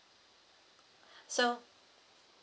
so